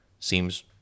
Seems